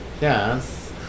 Yes